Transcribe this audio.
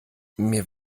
mir